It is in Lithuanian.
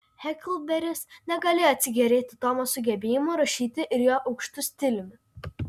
heklberis negalėjo atsigėrėti tomo sugebėjimu rašyti ir jo aukštu stiliumi